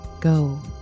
go